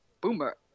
boomer